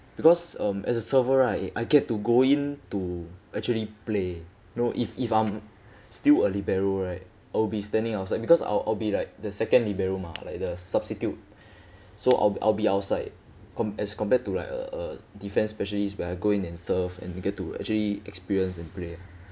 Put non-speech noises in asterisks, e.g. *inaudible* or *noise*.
because um as a server right I get to go in to actually play know if if I'm *breath* still a libero right I'll be standing outside because I'll I'll be like the second libero mah like the substitute *breath* so I'll I'll be outside com~ as compared to like a a defense specialist where I go in and serve and get to actually experience and play ah